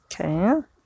Okay